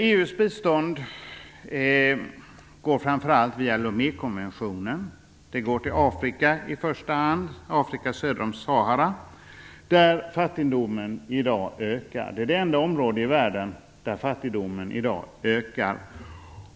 EU:s bistånd går framför allt via Lomékonventionen. Det går i första hand till Afrika söder om Sahara, där fattigdomen i dag ökar. Det är det enda område i världen där fattigdomen nu ökar.